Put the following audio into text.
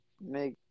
make